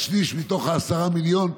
השליש מתוך ה-10 מיליון,